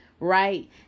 right